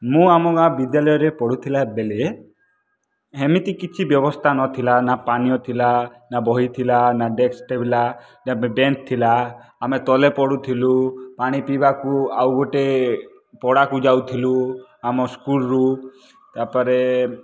ମୁଁ ଆମ ଗାଁ ବିଦ୍ୟାଲୟରେ ପଢ଼ୁଥିଲାବେଲେ ଏମିତି କିଛି ବ୍ୟବସ୍ତା ନଥିଲା ନା ପାନୀୟ ଥିଲା ନା ବହିଥିଲା ନା ଡେସ୍କ୍ଟେ ଥିଲା ନା ବେଞ୍ଚ୍ ଥିଲା ଆମେ ତଲେ ପଢ଼ୁଥିଲୁ ପାଣି ପିଇବାକୁ ଆଉ ଗୋଟେ ପଡ଼ାକୁ ଯାଉଥିଲୁ ଆମ ସ୍କୁଲ୍ରୁ ତା'ପରେ